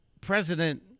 President